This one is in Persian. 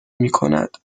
میکند